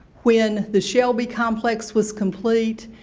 when the shelby complex was complete,